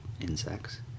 insects